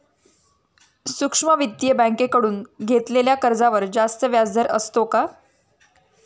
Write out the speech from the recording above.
सूक्ष्म वित्तीय बँकेकडून घेतलेल्या कर्जावर जास्त व्याजदर असतो का?